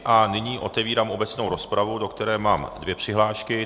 A nyní otevírám obecnou rozpravu, do které mám dvě přihlášky.